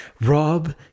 Rob